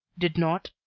did not,